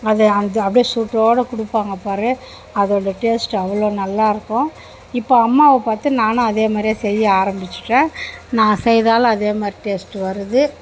அது அதை அப்படியே சூட்டோடு கொடுப்பாங்க பார் அதோட டேஸ்ட்டு அவ்வளோ நல்லாயிருக்கும் இப்போது அம்மாவை பார்த்து நானும் அதே மாதிரியே செய்ய ஆரம்பிச்சுட்டேன் நான் செய்தாலும் அதே மாரி டேஸ்ட்டு வருது